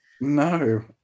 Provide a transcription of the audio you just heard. No